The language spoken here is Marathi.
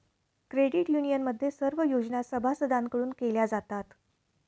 क्रेडिट युनियनमध्ये सर्व योजना सभासदांकडून केल्या जातात